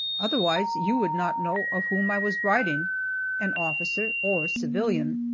otherwise you would not know of whom i was writing an officer or civilian.